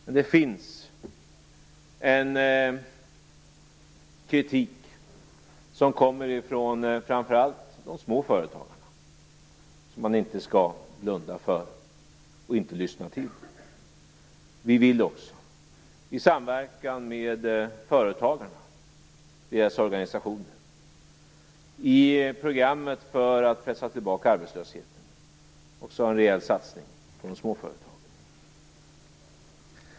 Men det finns kritik, som kommer från framför allt de små företagarna och som man inte skall blunda för utan lyssna till. Vi vill, i samverkan med företagarna och deras organisationer, i programmet för att pressa tillbaka arbetslösheten också ha en rejäl satsning på de små företagen.